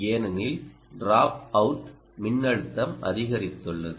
ஏனெனில் டிராப்அவுட் மின்னழுத்தம் அதிகரித்துள்ளது